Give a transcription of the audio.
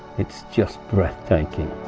it's just breathtaking.